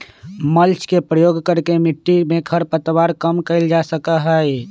mulch के प्रयोग करके मिट्टी में खर पतवार कम कइल जा सका हई